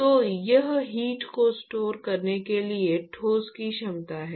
तो यह हीट को स्टोर करने के लिए ठोस की क्षमता है